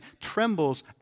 trembles